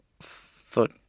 foot